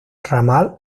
ramal